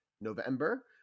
November